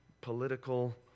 political